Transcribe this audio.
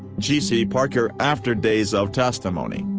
g c. parker after days of testimony,